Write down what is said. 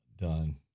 done